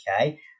okay